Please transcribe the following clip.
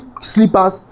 slippers